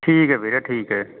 ਠੀਕ ਹੈ ਵੀਰੇ ਠੀਕ ਹੈ